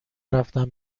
رفتم